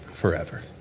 forever